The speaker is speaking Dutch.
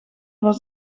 was